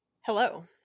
hello